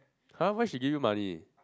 !huh! why she give you money